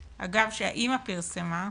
אגב, שהאמא פרסמה,